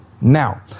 Now